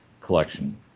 collection